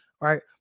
right